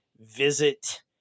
visit